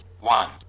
One